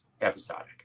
episodic